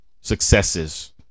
successes